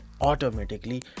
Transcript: automatically